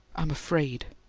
i'm afraid!